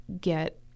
get